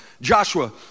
Joshua